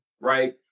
right